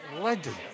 Legend